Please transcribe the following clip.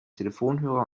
telefonhörer